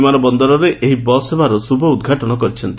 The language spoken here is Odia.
ବିମାନବନ୍ଦରଠାରେ ଏହି ବସ୍ ସେବାର ଶୁଭ ଉଦ୍ଘାଟନ କରିଛନ୍ତି